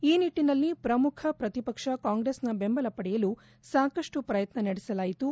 ಈ ನಿಟ್ಟನಲ್ಲಿ ಪ್ರಮುಖ ಪ್ರತಿಪಕ್ಷ ಕಾಂಗ್ರೆಸ್ನ ಬೆಂಬಲ ಪಡೆಯಲು ಸಾಕಷ್ಟು ಪ್ರಯತ್ನ ನಡೆಸಲಾಯಿತು